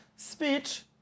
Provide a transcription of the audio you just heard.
Speech